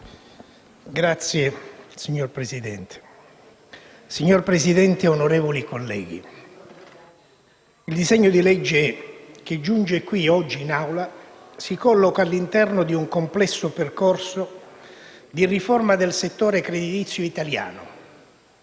*(FI-PdL XVII)*. Signora Presidente, onorevoli colleghi, il disegno di legge che giunge oggi in Assemblea si colloca all'interno di un complesso percorso di riforma del settore creditizio italiano,